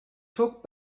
took